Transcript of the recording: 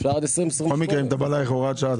אפשר עד 2028. בכל מקרה אם אתה בא להאריך הוראת שעה אתה